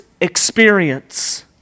experience